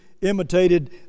imitated